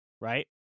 right